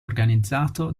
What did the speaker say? organizzato